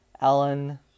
Alan